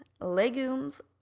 legumes